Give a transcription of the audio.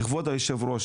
כבוד יושב הראש,